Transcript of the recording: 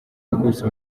yakubise